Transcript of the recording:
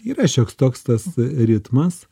yra šioks toks tas ritmas